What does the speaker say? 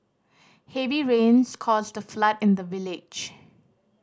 heavy rains caused a flood in the village